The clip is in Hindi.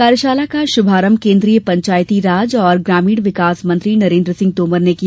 कार्यशाला का शभारंभ केन्द्रीय पंचायती राज और ग्रामीण विकास मंत्री नरेन्द्र सिंह तोमर ने किया